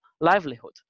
livelihood